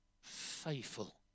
faithful